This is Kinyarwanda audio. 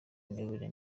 imiyoborere